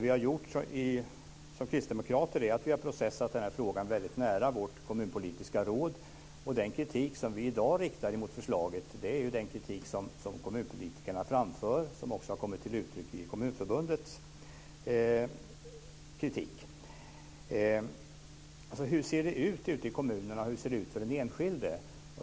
Vi kristdemokrater har processat den här frågan väldigt nära vårt kommunpolitiska råd, och den kritik som vi i dag riktar mot förslaget är densamma som framförs av kommunpolitikerna och som även har kommit till uttryck från Kommunförbundets sida. Hur ser det ut ute i kommunerna, och hur ser det ut för den enskilde?